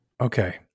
okay